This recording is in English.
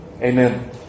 Amen